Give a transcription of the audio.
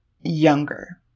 younger